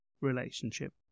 relationship